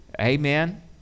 Amen